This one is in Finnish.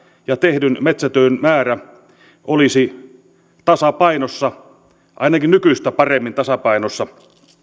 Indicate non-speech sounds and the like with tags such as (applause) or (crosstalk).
ja tehdyn metsätyön määrä olisivat tasapainossa (unintelligible) keskenään ainakin nykyistä paremmin tasapainossa